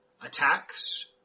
attacks